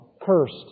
cursed